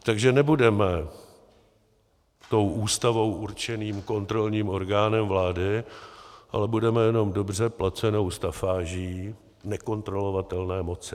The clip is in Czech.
Takže nebudeme tou Ústavou určeným kontrolním orgánem vlády, ale budeme jenom dobře placenou stafáží nekontrolovatelné moci.